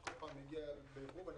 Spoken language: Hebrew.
נתנו פירוט על הפעם הקודמת.